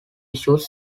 issues